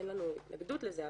אין לנו התנגדות לזה,